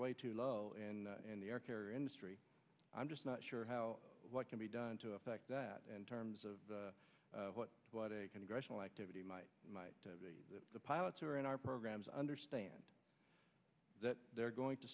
way too low and in the air care industry i'm just not sure how what can be done to affect that in terms of what a congressional activity might might be the pilots are in our programs understand that they're going to